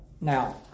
Now